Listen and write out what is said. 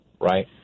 right